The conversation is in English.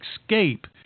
escape